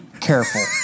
careful